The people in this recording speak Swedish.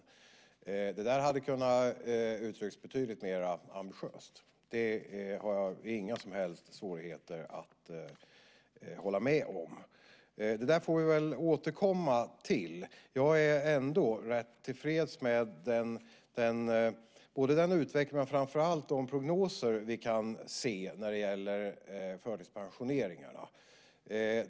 Att det där hade kunnat uttryckas betydligt mer ambitiöst har jag inga som helst svårigheter att hålla med om. Det där får vi väl återkomma till. Jag är ändå rätt tillfreds med både den utveckling och framför allt de prognoser vi kan se när det gäller förtidspensioneringarna.